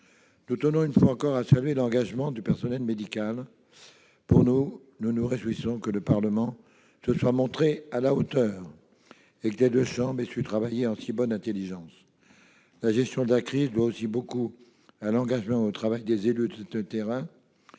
a tenu bon. Une fois encore, nous saluons l'engagement du personnel médical. De plus, nous nous réjouissons que le Parlement se soit montré à la hauteur et que les deux chambres aient su travailler en si bonne intelligence. La gestion de la crise doit aussi beaucoup à l'engagement et au travail des élus de terrain,